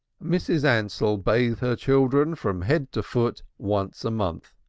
mrs. ansell bathed her children from head to foot once a month,